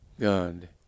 God